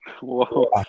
Whoa